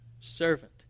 servant